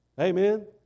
Amen